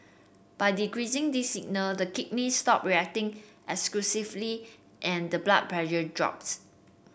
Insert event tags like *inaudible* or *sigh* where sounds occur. by decreasing these signal the kidneys stop reacting *unintelligible* and the blood pressure drops